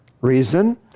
reason